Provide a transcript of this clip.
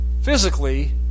physically